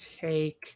take